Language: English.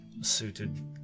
suited